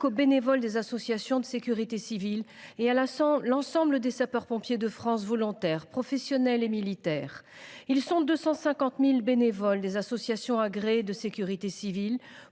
aux bénévoles des associations de sécurité civile et à l’ensemble des sapeurs pompiers de France, volontaires, professionnels et militaires. Ils sont 250 000 bénévoles des associations agréées de sécurité civile.